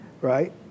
right